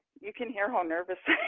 you can hear how nervous